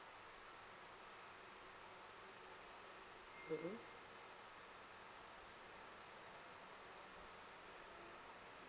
mmhmm